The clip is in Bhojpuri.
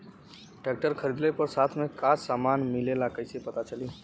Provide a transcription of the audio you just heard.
ट्रैक्टर खरीदले पर साथ में का समान मिलेला कईसे पता चली?